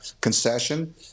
concession